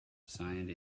signed